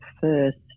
first